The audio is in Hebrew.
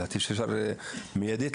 אפשר מיידית